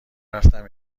رفتم